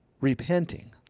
repenting